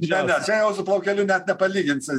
ne ne čia jau su plaukeliu net nepalyginsi